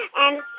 and